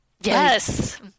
Yes